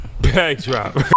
Backdrop